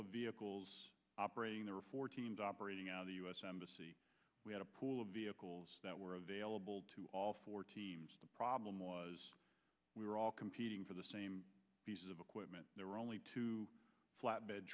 of vehicles operating there were four teams operating out of the u s embassy we had a pool of vehicles that were available to all four teams problem was we were all competing for the same piece of equipment there were only two flatbed